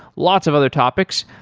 lots of other topics.